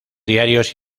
diarios